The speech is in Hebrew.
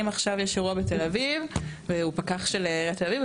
אם עכשיו יש אירוע בתל אביב והוא פקח של עיריית תל אביב,